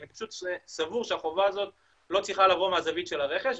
אני פשוט סבור שהחובה הזאת לא צריכה לבוא מהזווית של הרכש.